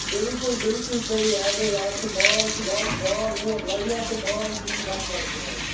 بالکل بالکل صحیٖح آز ہے آز چھُ مال چھُ واتہٕ مال ووت واریاہ تہٕ مال چھُ وُنہٕ وَتہِ منٛز تہِ واریاہ